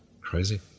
crazy